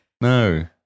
No